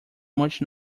much